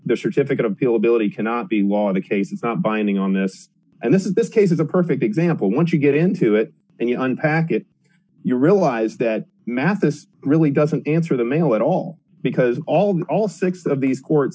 the certificate of appeal ability cannot be law the case is not binding on this and this is this case is a perfect example once you get into it and you unpack it you realize that math is really doesn't answer the mail at all because all six of these court